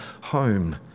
home